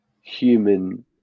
human